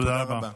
תודה רבה.